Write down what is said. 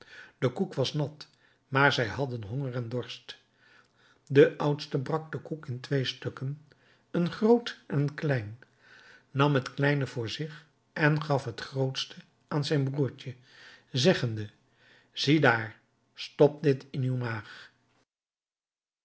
de koek was nat maar zij hadden honger en dorst de oudste brak den koek in twee stukken een groot en een klein nam het kleine voor zich en gaf het grootste aan zijn broertje zeggende ziedaar stop dit in uw maag